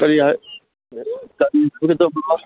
ꯀꯔꯤ ꯍꯥꯏꯒꯗꯕ